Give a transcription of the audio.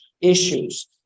issues